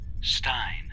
Stein